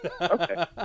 Okay